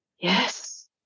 Yes